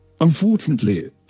Unfortunately